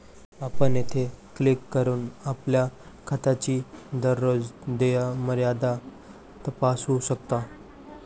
आपण येथे क्लिक करून आपल्या खात्याची दररोज देय मर्यादा तपासू शकता